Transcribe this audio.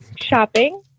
Shopping